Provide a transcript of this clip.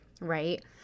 right